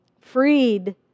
freed